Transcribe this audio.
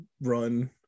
run